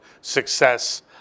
success